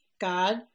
God